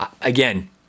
Again